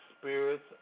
spirits